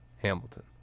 Hamilton